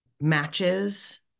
matches